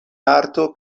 arto